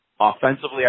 Offensively